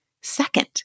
second